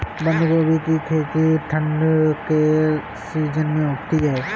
बंद गोभी की खेती ठंड के सीजन में होती है